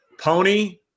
Pony